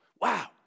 Wow